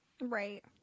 right